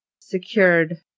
secured